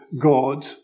God